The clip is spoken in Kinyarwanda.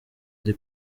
ari